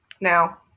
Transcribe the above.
now